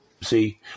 See